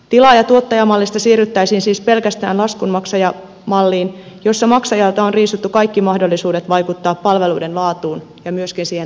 tilaajatuottaja mallista siirryttäisiin siis pelkästään laskunmaksajamalliin jossa maksajalta on riisuttu kaikki mahdollisuudet vaikuttaa palveluiden laatuun ja myöskin siihen tärkeään sisältöön